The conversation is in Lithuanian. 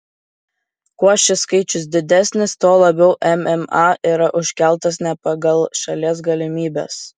kuo šis skaičius didesnis tuo labiau mma yra užkeltas ne pagal šalies galimybes